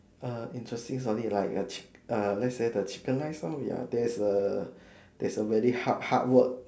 err interesting story like err let's say the chicken rice lor there's a there's a very hard hard word